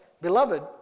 Beloved